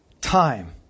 time